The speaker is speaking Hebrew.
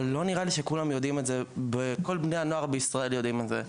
אבל לא נראה לי שכל בני הנוער במדינת ישראל יודעים את זה.